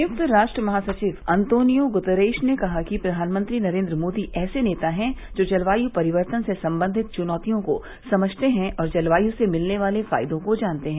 संयुक्त राष्ट्र महासविव अंतोनियो गुतरश ने कहा कि प्रधानमंत्री नरेन्द्र मोदी ऐसे नेता है जो जलवायु परिवर्तन से संबंधित चुनौतियों को समझते है और जलवायु से मिलने वाले फायदों को जानते हैं